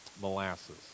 molasses